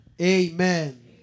Amen